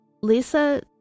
Lisa